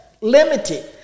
limited